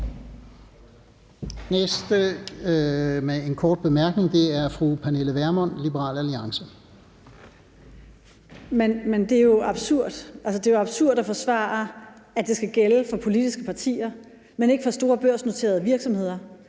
Det er jo absurd at forsvare, at det skal gælde for politiske partier, men ikke store børsnoterede virksomheder,